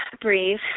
breathe